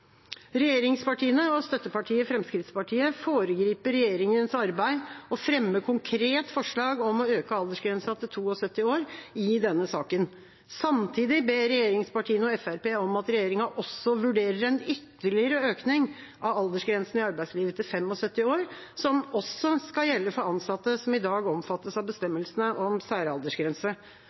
Regjeringspartiene og støttepartiet Fremskrittspartiet foregriper regjeringas arbeid og fremmer konkret forslag om å øke aldersgrensa til 72 år i denne saken. Samtidig ber regjeringspartiene og Fremskrittspartiet om at regjeringa også vurderer en ytterligere økning av aldersgrensene i arbeidslivet til 75 år, som også skal gjelde for ansatte som i dag omfattes av bestemmelsene om særaldersgrense. Det betyr at plikten til å fratre ved oppnådd særaldersgrense